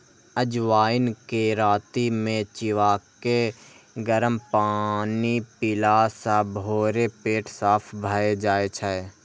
अजवाइन कें राति मे चिबाके गरम पानि पीला सं भोरे पेट साफ भए जाइ छै